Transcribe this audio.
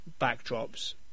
backdrops